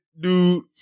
dude